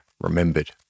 remembered